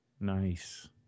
Nice